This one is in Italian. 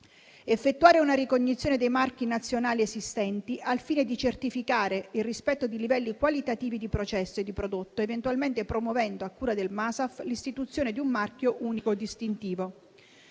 effettuare una ricognizione dei marchi nazionali esistenti al fine di certificare il rispetto dei livelli qualitativi di processo e di prodotto, eventualmente promuovendo a cura del MASAF l'istituzione di un marchio unico distintivo;